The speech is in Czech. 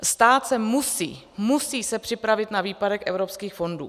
Stát se musí, musí připravit na výpadek evropských fondů.